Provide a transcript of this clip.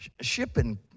shipping